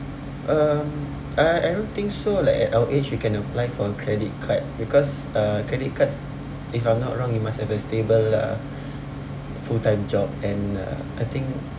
um I I don't think so like at our age we can apply for a credit card because uh credit cards if I'm not wrong you must have a stable uh full-time job and uh I think